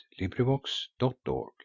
LibriVox.org